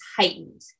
heightened